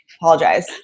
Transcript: Apologize